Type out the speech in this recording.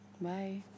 Bye